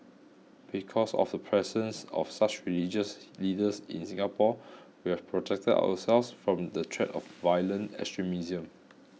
because of the presence of such religious leaders in Singapore we have protected ourselves from the threat of violent extremism